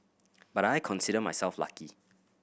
but I consider myself lucky